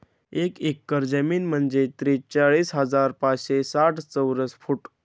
एक एकर जमीन म्हणजे त्रेचाळीस हजार पाचशे साठ चौरस फूट